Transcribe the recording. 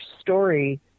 story